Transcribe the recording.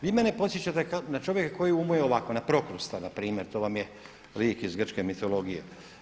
Vi mene podsjećate na čovjeka koji umuje ovako na Prokrusta npr. to vam je lik iz grčke mitologije.